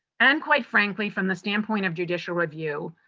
and, quite frankly, from the standpoint of judicial review,